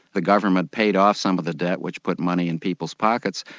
the government paid off some of the debt, which put money in people's pockets,